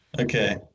Okay